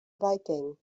viking